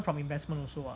from investment also [what]